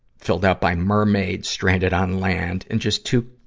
filled out by mermaid stranded on land. and just two,